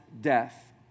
death